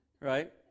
right